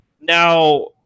Now